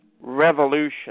revolution